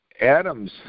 Adam's